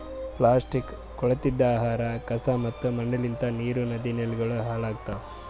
plastic, ಕೊಳತಿದ್ ಆಹಾರ, ಕಸಾ ಮತ್ತ ಮಣ್ಣಲಿಂತ್ ನೀರ್, ನದಿ, ನೆಲಗೊಳ್ ಹಾಳ್ ಆತವ್